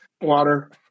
water